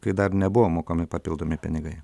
kai dar nebuvo mokami papildomi pinigai